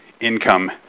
income